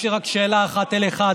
יש לי רק שאלה אחת אליך,